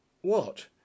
What